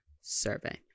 survey